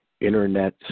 internet